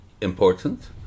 important